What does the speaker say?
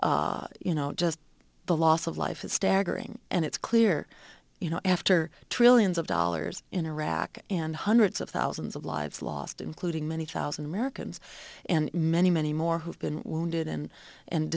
you know just the loss of life it's staggering and it's clear you know after trillions of dollars in iraq and hundreds of thousands of lives lost including many thousand americans and many many more who have been wounded and and